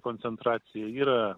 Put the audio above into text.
koncentracija yra